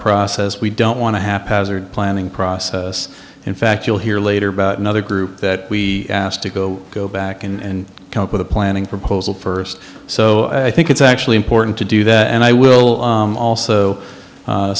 process we don't want to happen as are planning process in fact you'll hear later about another group that we asked to go go back and come up with a planning proposal first so i think it's actually important to do that and i will also